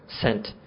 sent